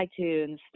iTunes